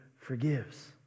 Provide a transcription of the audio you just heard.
forgives